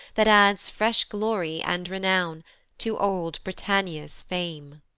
that adds fresh glory and renown to old britannia's fame.